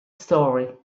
story